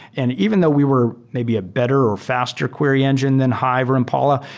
and even though we were maybe a better or faster query engine then hive or impala,